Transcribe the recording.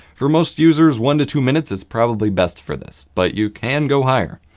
for most users, one to two minutes is probably best for this, but you can go higher.